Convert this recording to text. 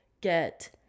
get